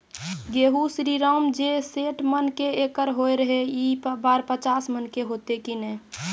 गेहूँ श्रीराम जे सैठ मन के एकरऽ होय रहे ई बार पचीस मन के होते कि नेय?